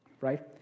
Right